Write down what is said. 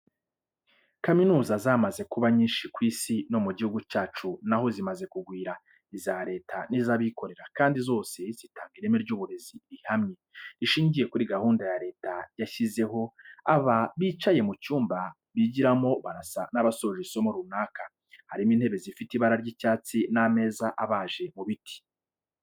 Kaminuza zamaze kuba nyinshi ku Isi no mu gihugu cyacu na ho zimaze kugwira iza Leta n'izabikorera kandi zose zitanga ireme ry'uburezi rihamye, rishingiye kuri gahunda ya Leta yashyizeho, aba bicaye mu cyumba bigiramo barasa n'abasoje isomo runaka, harimo intebe zifite ibara ry'icyatsi n'ameza abaje mu biti.